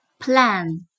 Plan